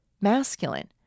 masculine